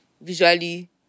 visually